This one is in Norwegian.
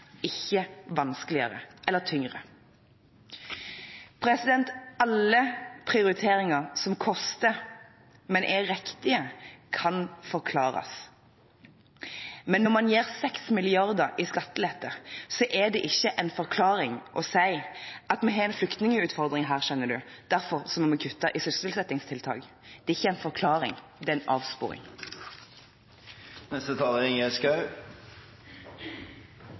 ikke vanskeligere eller tyngre. Alle prioriteringer som koster, men er riktige, kan forklares. Men når man gir 6 mrd. kr i skattelette, er det ikke en forklaring å si at vi har en flyktningutfordring her, skjønner du, derfor må vi kutte i sysselsettingstiltak. Det er ikke en forklaring, det er